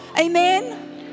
amen